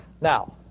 Now